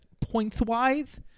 points-wise